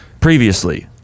previously